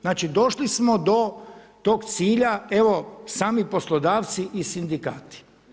Znači došli smo do tog cilja evo, sami poslodavci i sindikati.